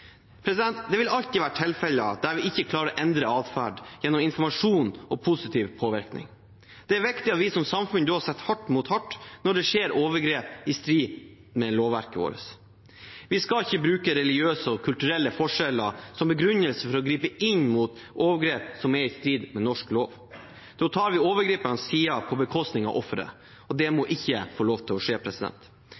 Det vil alltid være tilfeller der vi ikke klarer å endre adferd gjennom informasjon og positiv påvirkning. Det er viktig at vi som samfunn da setter hardt mot hardt når det skjer overgrep i strid med lovverket vårt. Vi skal ikke bruke religiøse og kulturelle forskjeller som begrunnelse for ikke å gripe inn mot overgrep som er i strid med norsk lov. Da tar vi overgriperens side på bekostning av offeret, og det må